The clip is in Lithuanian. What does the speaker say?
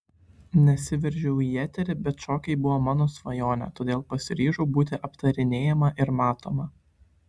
nesiveržiau į eterį bet šokiai buvo mano svajonė todėl pasiryžau būti aptarinėjama ir matoma